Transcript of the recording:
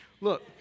Look